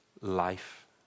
life